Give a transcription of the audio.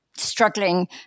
struggling